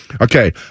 Okay